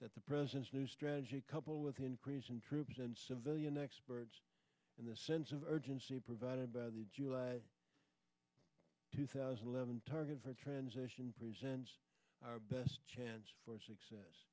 that the president's new strategy coupled with the increase in troops and civilian experts in the sense of urgency provided by the july two thousand and eleven target for transition presents our best chance for success